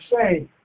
say